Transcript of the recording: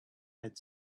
had